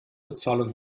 bezahlen